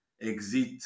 exit